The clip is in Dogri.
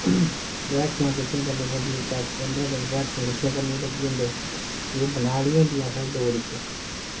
बस्हाठियां किट्ठियां करना पौंदियां पंद्रहां दिन बस्हाठियां किट्ठियां करने गी लग्गी जंदे भी ओह् बनैलियां होंदियां ओह् साढ़े डोगरी च